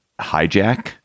hijack